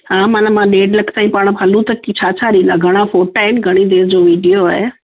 हा मना मां ॾेढु लखु ताईं पाण हलूं त छा छा ॾींदा घणां फ़ोटा आहिनि घणीं डेज़ जो वीडियो आहे